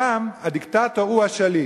שם הדיקטטור הוא השליט,